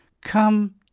Come